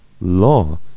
law